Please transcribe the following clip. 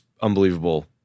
unbelievable